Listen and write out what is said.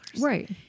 Right